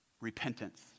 repentance